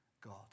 God